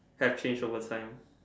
have changed over time